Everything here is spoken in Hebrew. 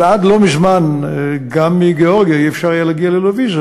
אבל עד לא מזמן גם מגאורגיה לא היה אפשר להגיע ללא ויזה,